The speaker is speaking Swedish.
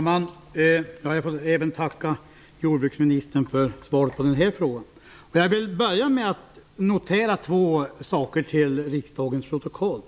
Fru talman! Jag får tacka jordbruksministern även för svaret på den här frågan. Jag vill börja med att notera två saker till riksdagens protokoll.